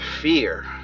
fear